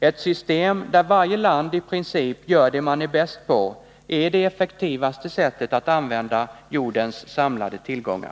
Ett system där varje land i princip gör det man är bäst på är det effektivaste sättet att använda jordens samlade tillgångar.